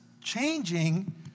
changing